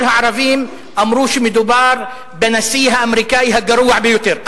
כל הערבים אמרו שמדובר בנשיא האמריקני הגרוע ביותר.